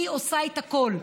אני עושה את הכול,